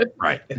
Right